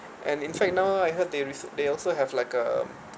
and in fact now I heard they rec~ they also have like a